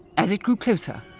as it grew closer,